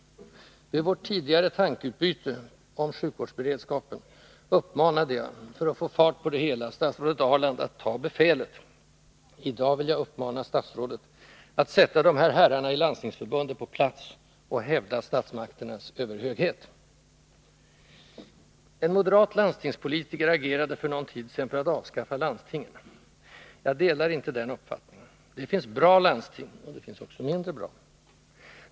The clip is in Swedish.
Vid vårt tidigare tankeutbyte om sjukvårdsberedskapen uppmanade jag — för att få fart på det hela — statsrådet Ahrland att ”ta befälet”. I dag vill jag uppmana statsrådet att sätta de här herrarna i Landstingsförbundet på plats och hävda statsmakternas överhöghet. En moderat landstingspolitiker agerade för någon tid sedan för att avskaffa landstingen. Jag delar inte den uppfattningen. Det finns bra landsting, och det finns mindre bra.